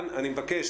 בבקשה,